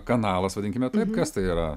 kanalas vadinkime taip kas tai yra